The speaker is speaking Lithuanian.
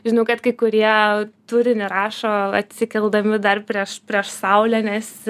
žinau kad kai kurie turinį rašo atsikeldami dar prieš prieš saulę nes